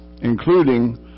including